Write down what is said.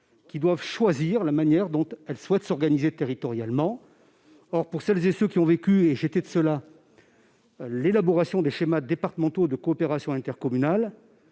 qui doivent choisir la manière dont elles souhaitent s'organiser territorialement. Or pour celles et ceux qui ont vécu l'élaboration des schémas départementaux de coopération intercommunale-